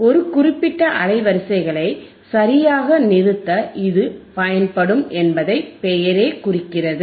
ஒரு குறிப்பிட்ட அலைவரிசைகளை சரியாக நிறுத்த இது பயன்படும் என்பதை பெயரே குறிக்கிறது